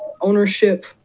ownership